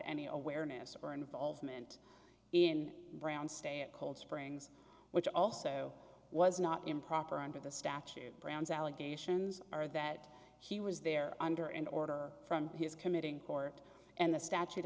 any awareness or involvement in brown stay at cold springs which also was not improper under the statute brown's allegations are that he was there under an order from his committing court and the statute